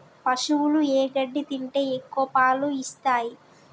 పశువులు ఏ గడ్డి తింటే ఎక్కువ పాలు ఇస్తాయి?